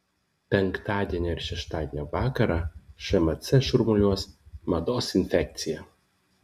penktadienio ir šeštadienio vakarą šmc šurmuliuos mados infekcija